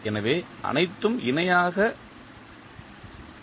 எனவே அனைத்தும் இணையாக இணைக்கப்பட்டுள்ளன